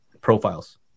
profiles